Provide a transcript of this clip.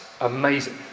Amazing